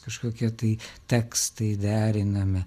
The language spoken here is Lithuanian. kažkokie tai tekstai deriname